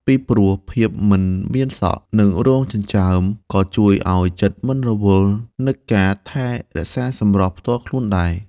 ពីព្រោះ ភាពមិនមានសក់ និងរោមចិញ្ចើម ក៏ជួយឲ្យចិត្តមិនរវល់នឹងការថែរក្សាសម្ផស្សផ្ទាល់ខ្លួនដែរ។